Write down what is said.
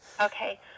Okay